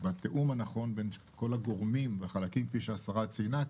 בתיאום הנכון בין כל הגורמים וחלקים כפי שהשרה ציינה,